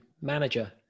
manager